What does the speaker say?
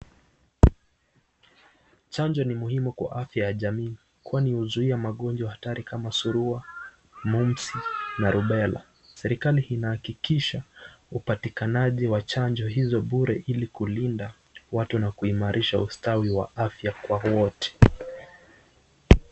Chanjo ni muhimu kwa afya ya jamii kwani huzuia magonjwa hatari kama surua na rubela. Serikali inahakikisha upatikanaji wa chanjo hizo bure ili kulinda watu na kuimarisha ustawi wa afya kwa wote.